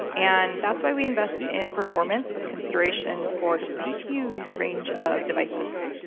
and that's why we invest in performance with consideration for just a huge range of devices.